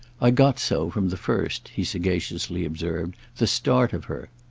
i got so, from the first, he sagaciously observed, the start of her.